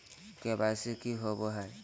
KYC की होबो है?